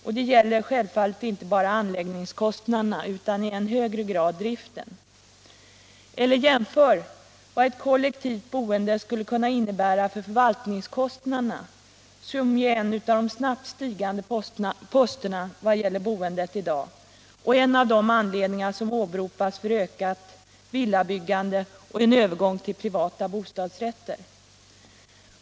Och det gäller självfallet inte bara anläggningskostnaderna utan i än högre grad driftkostnaderna. Jämför vad ett kollektivt boende skulle kunna innebära för förvalt ningskostnaderna, som är en av de snabbt stigande posterna i vad det gäller boendet i dag och som utgör en av de anledningar som åberopas för ökat villabyggande och en övergång till privata bostadsrätter!